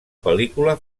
pel·lícula